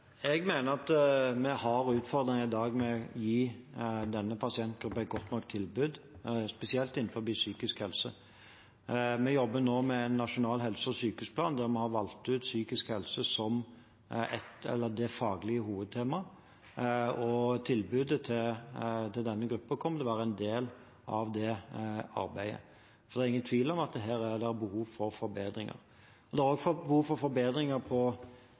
Jeg mener at vi i dag har utfordringer med å gi denne pasientgruppen et godt nok tilbud, spesielt innenfor psykisk helse. Vi jobber nå med en nasjonal helse- og sykehusplan der vi har valgt ut psykisk helse som faglig hovedtema. Tilbudet til denne gruppen kommer til å være en del av det arbeidet, for det er ingen tvil om at her er det behov for forbedringer. Det er også behov for forbedringer